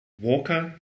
Walker